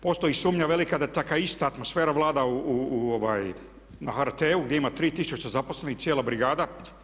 Postoji sumnja velika da takva ista atmosfera vlada na HRT-u gdje ima 3000 zaposlenih, cijela brigada.